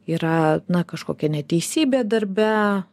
yra na kažkokia neteisybė darbe